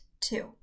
two